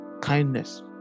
Kindness